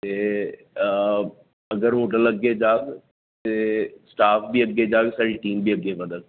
ते अगर होटल अग्गै जाह्ग ते स्टाफ बी अग्गै जाह्ग स्हाड़ी टीम बी अग्गै बधोग